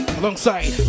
alongside